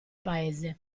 paese